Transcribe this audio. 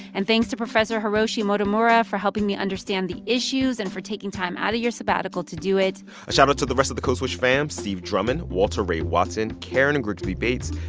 and thanks to professor hiroshi motomura for helping me understand the issues and for taking time out of your sabbatical to do it a shoutout to the rest of the code switch fam steve drummond, walter ray watson, karen and grigsby bates,